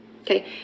Okay